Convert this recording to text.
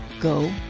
Go